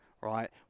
right